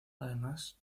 además